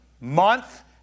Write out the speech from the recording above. month